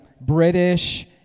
British